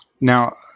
Now